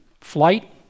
Flight